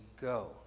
go